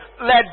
let